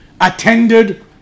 attended